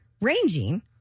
Ranging